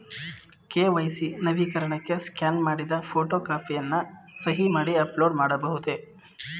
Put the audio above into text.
KYC ನವೀಕರಣಕ್ಕೆ scan ಮಾಡಿದ photo ಕಾಪಿಯನ್ನು ಸಹಿ ಮಾಡಿ ಅಪ್ಲೋಡ್ ಮಾಡಬಹುದೇ?